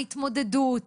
ההתמודדות,